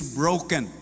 broken